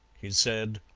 he said